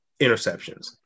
interceptions